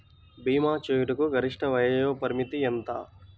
భీమా చేయుటకు గరిష్ట వయోపరిమితి ఎంత?